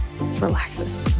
relaxes